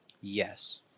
Yes